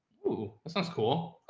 ooh, that's that's cool.